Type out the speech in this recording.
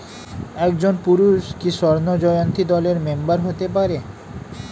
একজন পুরুষ কি স্বর্ণ জয়ন্তী দলের মেম্বার হতে পারে?